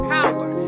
Power